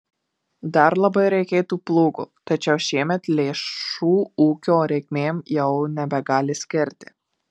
dar labai reikėtų plūgo tačiau šiemet lėšų ūkio reikmėm jau nebegali skirti